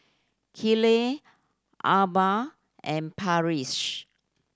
Keeley Arba and Parrish